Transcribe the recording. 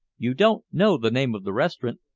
you don't know the name of the restaurant?